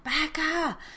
Becca